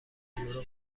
یورو